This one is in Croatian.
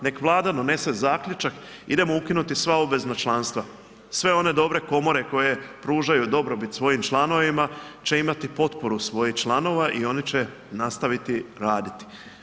Nek Vlada donese zaključak, idemo ukinuti sva obvezna članstva, sve one dobre komore koje pružaju dobrobit svojim članovima će imati potporu svojih članova i oni će nastaviti raditi.